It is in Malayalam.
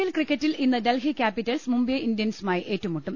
എൽ ക്രിക്കറ്റിൽ ഇന്ന് ഡൽഹി ക്യാപിറ്റൽസ് മുംബൈ ഇന്ത്യൻസുമായി ഏറ്റുമുട്ടും